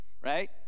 right